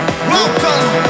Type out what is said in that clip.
Welcome